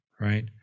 right